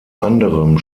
anderem